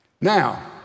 Now